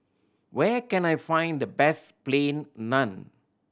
where can I find the best Plain Naan